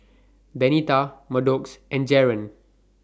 Benita Maddox and Jaren